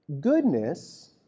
Goodness